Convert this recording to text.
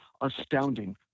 astounding